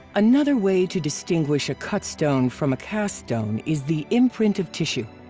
another way to distinguish a cut stone from a cast stone is the imprint of tissue.